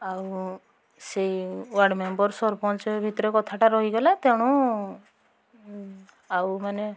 ଆଉ ସେଇ ward member sarpanch ଭିତରେ କଥାଟା ରହିଗଲା ତେଣୁ ଆଉ ମାନେ